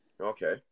Okay